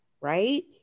right